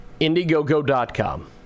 indiegogo.com